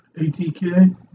ATK